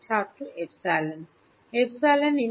ছাত্র এপসিলন